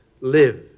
Live